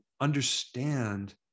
Understand